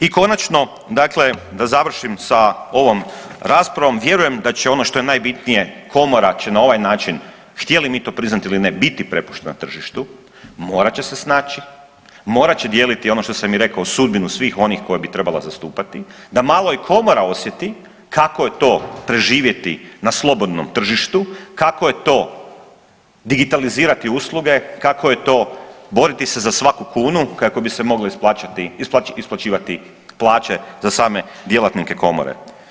I konačno, dakle da završim sa ovom raspravom vjerujem da će ono što je najbitnije, komora će na ovaj način htjeli mi to priznati ili ne biti prepuštena tržištu, morat će se snaći, morat će dijeliti ono što sam i rekao sudbinu svih onih koje bi trebala zastupati da malo i komora osjeti kako je to preživjeti na slobodnom tržištu, kako je digitalizirati usluge, kako je boriti se za svaku kunu kako bi se mogle isplaćati, isplaćivati plaće za same djelatnike komore.